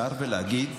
שר, ולהגיד: